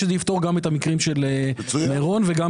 שזה יפתור גם את המקרים של מירון וגם